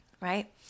right